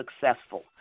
successful